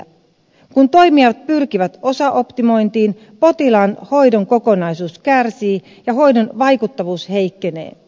kun toimijat pyrkivät osaoptimointiin potilaan hoidon kokonaisuus kärsii ja hoidon vaikuttavuus heikkenee